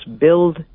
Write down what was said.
build